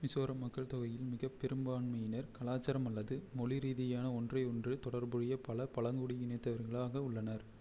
மிசோரம் மக்கள்தொகையின் மிகப் பெரும்பான்மையினர் கலாச்சாரம் அல்லது மொழி ரீதியான ஒன்றே ஒன்று தொடர்புடைய பல பழங்குடி இனத்தவர்களாக உள்ளனர்